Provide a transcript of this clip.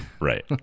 right